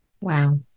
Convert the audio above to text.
Wow